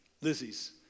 Lizzie's